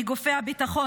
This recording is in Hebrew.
מגופי הביטחון,